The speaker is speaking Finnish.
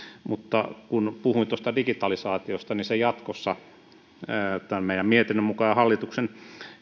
mutta kun puhuin digitalisaatiosta niin jatkossa se tämän meidän mietintömme mukaan ja hallituksen